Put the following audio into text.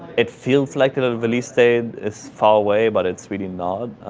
it feels like the release day is far away, but it's really not.